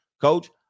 Coach